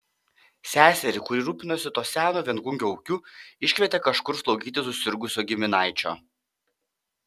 seserį kuri rūpinosi to seno viengungio ūkiu iškvietė kažkur slaugyti susirgusio giminaičio